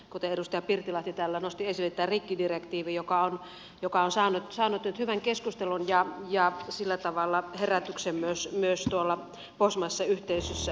kuten edustaja pirttilahti täällä nosti esille tämä rikkidirektiivi on saanut nyt hyvän keskustelun ja sillä tavalla herätyksen myös tuolla pohjoismaisessa yhteisössä